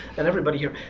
and everybody here.